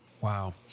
Wow